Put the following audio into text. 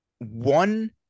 One